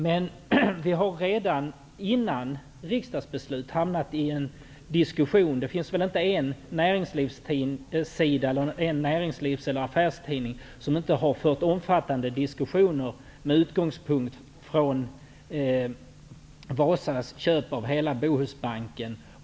Men vi har redan innan riksdagsbeslutet fattats hamnat i en diskussion. Det finns väl inte någon näringslivssida eller någon näringslivstidning där man inte fört omfattande diskussioner med utgångspunkt från WASA:s köp av hela Bohusbanken.